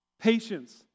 patience